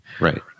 right